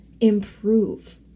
improve